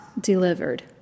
delivered